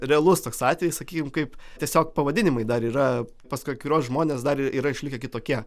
realus toks atvejis sakykim kaip tiesiog pavadinimai dar yra pas kai kuriuos žmones dar yra išlikę kitokie